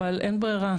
אבל אין ברירה.